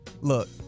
look